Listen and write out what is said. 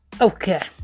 Okay